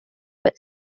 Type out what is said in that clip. but